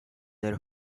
their